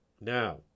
Now